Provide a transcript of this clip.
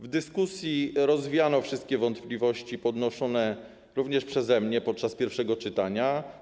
W dyskusji rozwiano wszystkie wątpliwości podnoszone również przeze mnie podczas pierwszego czytania.